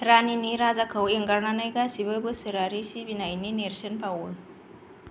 रानिनि राजाखौ एंगारनानै गासैबो बोसोरारि सिबिनायनि नेरसोन बावो